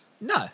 No